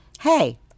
Hey